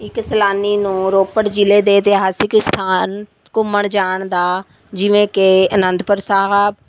ਇੱਕ ਸੈਲਾਨੀ ਨੂੰ ਰੋਪੜ ਜ਼ਿਲ੍ਹੇ ਦੇ ਇਤਿਹਾਸਕ ਸਥਾਨ ਘੁੰਮਣ ਜਾਣ ਦਾ ਜਿਵੇਂ ਕਿ ਅਨੰਦਪੁਰ ਸਾਹਿਬ